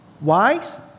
Wise